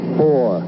four